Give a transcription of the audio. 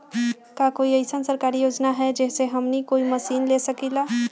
का कोई अइसन सरकारी योजना है जै से हमनी कोई मशीन ले सकीं ला?